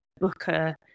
Booker